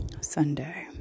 Sunday